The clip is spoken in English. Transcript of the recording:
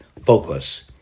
focus